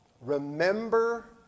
Remember